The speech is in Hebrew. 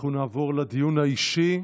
אנחנו נעבור לדיון האישי.